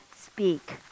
speak